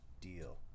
deal